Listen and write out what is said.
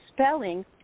Spelling